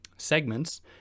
segments